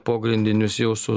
pogrindinius jau su